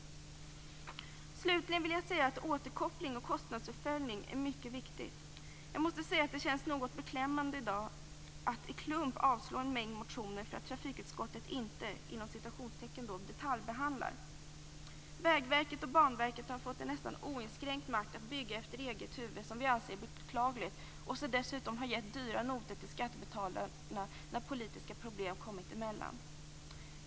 Slutligen vill jag säga att återkoppling och kostnadsuppföljning är mycket viktigt. Jag måste säga att det känns något beklämmande att en mängd motioner i dag avslås i klump därför att trafikutskottet inte "detaljbehandlar". Vägverket och Banverket har fått en nästan oinskränkt makt att bygga efter eget huvud som vi anser beklaglig och som dessutom har gett dyra notor till skattebetalarna när politiska problem kommit emellan.